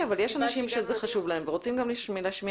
אבל יש אנשים שזה חשוב להם ורוצים להשמיע,